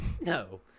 No